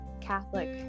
Catholic